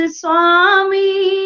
swami